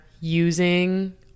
using